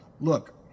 Look